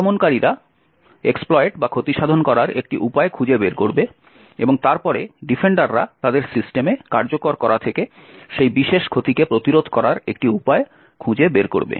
আক্রমণকারীরা ক্ষতিসাধন করার একটি উপায় খুঁজে বের করবে এবং তারপরে ডিফেন্ডাররা তাদের সিস্টেমে কার্যকর করা থেকে সেই বিশেষ ক্ষতিকে প্রতিরোধ করার একটি উপায় খুঁজে বের করবে